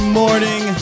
morning